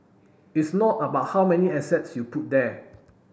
it's not about how many assets you put there